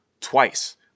twice